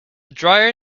drier